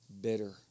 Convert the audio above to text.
bitter